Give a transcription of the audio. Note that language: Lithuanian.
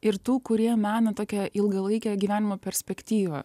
ir tų kurie mena tokią ilgalaikę gyvenimo perspektyvą